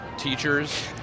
teachers